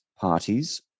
parties